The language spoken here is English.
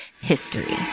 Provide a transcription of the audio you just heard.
history